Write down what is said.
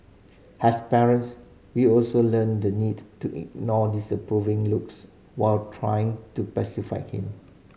has parents we also learn the need to ignore disapproving looks while trying to pacify him